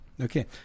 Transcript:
okay